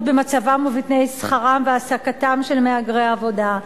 במצבם ובתנאי שכרם והעסקתם של מהגרי עבודה,